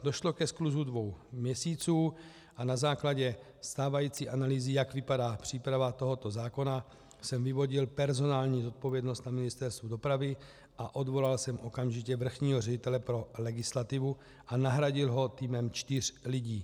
Došlo ke skluzu dvou měsíců a na základě stávající analýzy, jak vypadá příprava tohoto zákona, jsem vyvodil personální zodpovědnost na Ministerstvu dopravy a odvolal jsem okamžitě vrchního ředitele pro legislativu a nahradil ho týmem čtyř lidí.